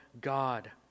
God